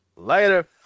later